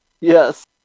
Yes